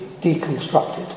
deconstructed